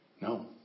No